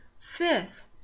fifth